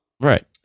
Right